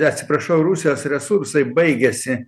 atsiprašau rusijos resursai baigiasi